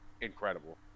incredible